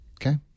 Okay